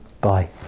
Bye